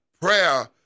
Prayer